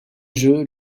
jeu